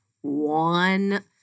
one